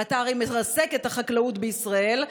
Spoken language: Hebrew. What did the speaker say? ואתה הרי מרסק את החקלאות בישראל,